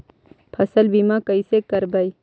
फसल बीमा कैसे करबइ?